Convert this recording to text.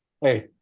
Hey